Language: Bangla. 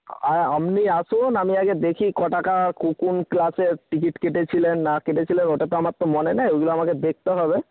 আপনি আসুন আমি আগে দেখি কটাকা কোন ক্লাসের টিকিট কেটেছিলেন না কেটেছিলেন ওটা তো আমার তো মনে নেই ওগুলো আমাকে দেখতে হবে